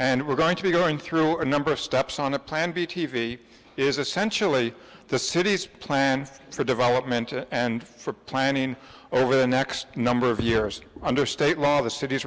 and we're going to be going through a number of steps on a plan b t v is essentially the city's plans for development and for planning over the next number of years under state law the city